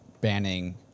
banning